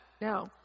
no